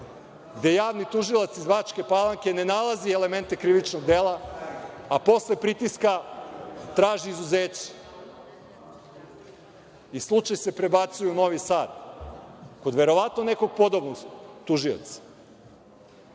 gde javni tužilac iz Bačke Palanke ne nalazi elemente krivičnog dela, a posle pritiska traži izuzeće i slučaj se prebacuje u Novi Sad kod verovatno nekog podobnog tužioca. Sve